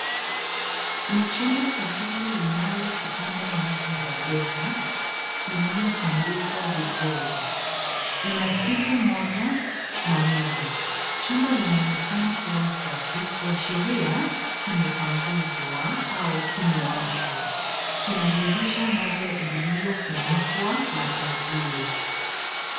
Ni chumba sahili linayo kitanda moja ya deka, iliyotandikwa vizuri. Ina kiti moja na meza. Chumba linaonekana kua safi, kuashiria kimepanguzwa au kimeoshwa. Kina dirisha moja iliyofunikwa na pazia.